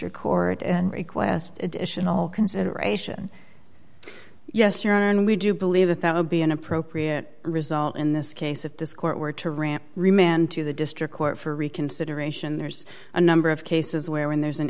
record and request additional consideration yes your honor and we do believe that that would be an appropriate result in this case if this court were to ramp remand to the district court for reconsideration there's a number of cases where when there's an